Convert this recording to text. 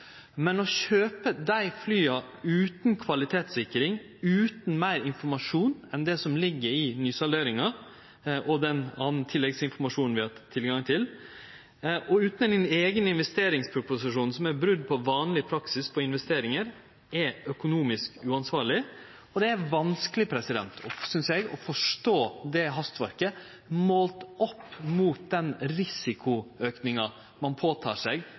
Men å kjøpe dei flya utan kvalitetssikring, utan meir informasjon enn det som ligg i nysalderinga og i den tilleggsinformasjonen vi har hatt tilgang til, og utan ein eigen investeringsproposisjon, som er brot på vanleg praksis for investeringar, er økonomisk uansvarleg. Det er vanskeleg, synest eg, å forstå det hastverket, målt opp mot den auka risikoen ein tek på seg